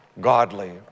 godly